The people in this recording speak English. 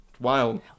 Wild